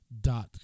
dot